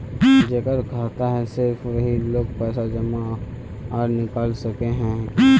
जेकर खाता है सिर्फ वही लोग पैसा जमा आर निकाल सके है की?